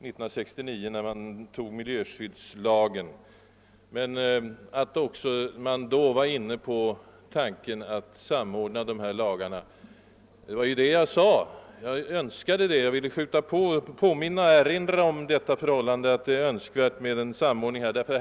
1969, då vi antog miljöskyddslagen. Man var likväl redan då inne på tanken att samordna dessa lagar. Det var också detta jag avsåg. Jag ville i mitt första anförande påminna om att det är önskvärt med en samordning härvidlag.